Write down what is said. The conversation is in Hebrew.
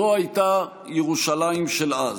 זו הייתה ירושלים של אז.